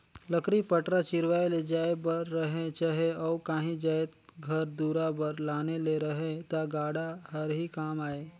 लकरी पटरा चिरवाए ले जाए बर रहें चहे अउ काही जाएत घर दुरा बर लाने ले रहे ता गाड़ा हर ही काम आए